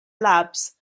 labs